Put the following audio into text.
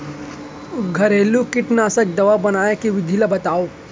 घरेलू कीटनाशी दवा बनाए के विधि ला बतावव?